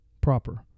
Proper